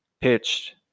pitched